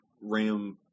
ram